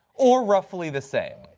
or roughly the same.